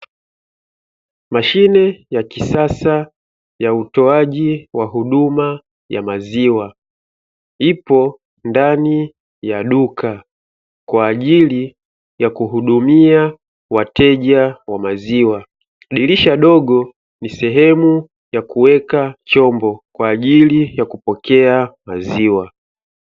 Mashine ya kisasa ya utoaji wa huduma ya maziwa ipo ndani ya duka kwa ajili ya kuhudumia wateja wa maziwa, dirisha dogo ni sehemu ya kuweka chombo kwa ajili ya kupokea maziwa.